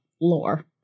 lore